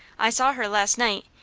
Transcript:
i saw her last night,